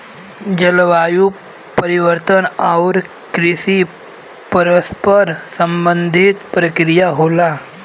जलवायु परिवर्तन आउर कृषि परस्पर संबंधित प्रक्रिया होला